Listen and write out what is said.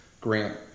Grant